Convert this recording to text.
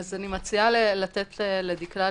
אלא פשוט להוסיף את הכותרת של סגן ראש שלוחה,